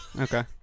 Okay